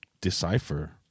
decipher